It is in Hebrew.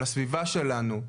על הסביבה שלנו,